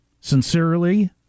Sincerely